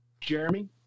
Jeremy